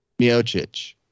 Miocic